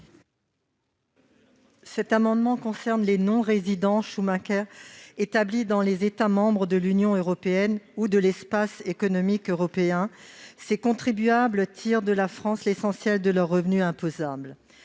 Cet amendement concerne les non-résidents dits « Schumacker », établis dans les États membres de l'Union européenne ou de l'Espace économique européen. Ces contribuables tirent de la France l'essentiel de leurs revenus imposables.